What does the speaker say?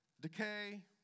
decay